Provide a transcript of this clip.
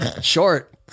short